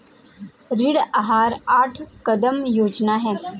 ऋण आहार आठ कदम योजना है